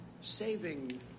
saving